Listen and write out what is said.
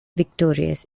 victorious